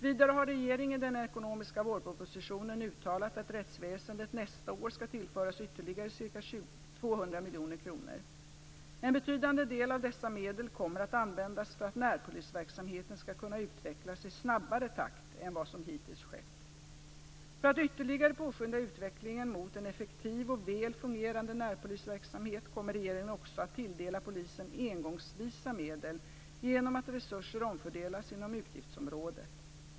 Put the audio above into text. Vidare har regeringen i den ekonomiska vårpropositionen uttalat att rättsväsendet nästa år skall tillföras ytterligare ca 200 miljoner kronor. En betydande del av dessa medel kommer att användas för att närpolisverksamheten skall kunna utvecklas i snabbare takt än vad som hittills skett. För att ytterligare påskynda utvecklingen mot en effektiv och väl fungerande närpolisverksamhet kommer regeringen också att tilldela polisen engångsvisa medel genom att resurser omfördelas inom utgiftsområdet.